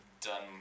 done